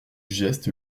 geste